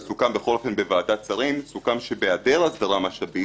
בוועדת שרים סוכם שבהיעדר הסדרת משאבים